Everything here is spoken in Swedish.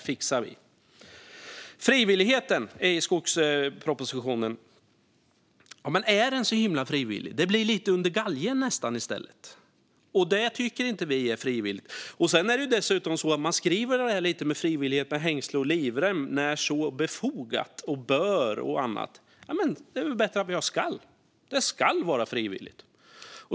Angående att frivilligheten är grunden för skogspropositionen: Är det så himla frivilligt? Det blir nästan lite under galgen i stället, och det tycker inte vi är frivillighet. Dessutom skriver man om det här med frivillighet lite grann med hängsle och livrem, det vill säga använder uttryck som "när så är befogat", "bör" och annat. Det är väl bättre att vi använder "skall" - att det skall vara frivilligt?